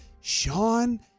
Sean